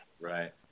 Right